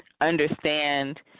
understand